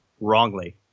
wrongly